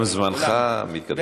גם זמנך מתקדם בעצלתיים.